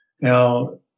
Now